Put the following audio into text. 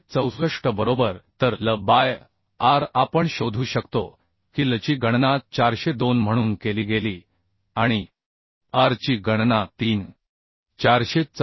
464 बरोबर तर L by R आपण शोधू शकतो की Lची गणना 402 म्हणून केली गेली आणि R ची गणना 3